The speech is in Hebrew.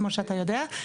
כמו שאתה יודע,